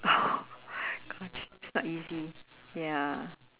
oh gosh it's not easy ya